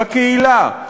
בקהילה,